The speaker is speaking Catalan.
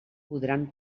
podran